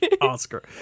Oscar